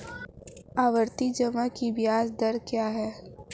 आवर्ती जमा की ब्याज दर क्या है?